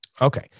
Okay